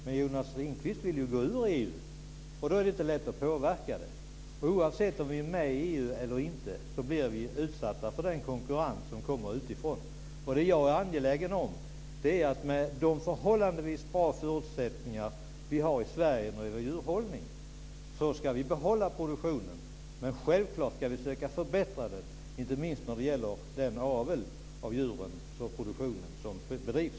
Men Jonas Ringqvist vill ju går ur EU och då är det inte lätt att påverka. Oavsett om vi är med i EU eller inte blir vi utsatta för den konkurrens som kommer utifrån. Och det som jag är angelägen om är att vi med de förhållandevis bra förutsättningar som finns i Sverige när det gäller djurhållning ska kunna behålla produktionen. Men självklart ska vi försöka förbättra den, inte minst när det gäller den avel som bedrivs.